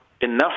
enough